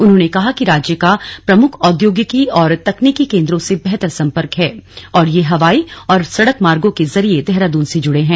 उन्होंने कहा कि राज्य का प्रमुख औद्योगिकी और तकनीकी केंद्रों से बेहतर संपर्क है और यह हवाई और सड़क मार्गों के जरिये देहरादून से जुड़े हैं